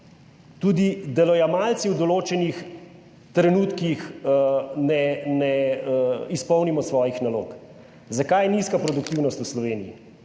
Tudi delojemalci v določenih trenutkih ne izpolnimo svojih nalog. Zakaj je nizka produktivnost v Sloveniji?